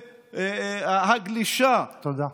והגלישה, תודה.